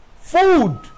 Food